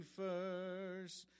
first